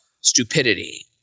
stupidity